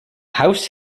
house